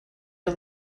her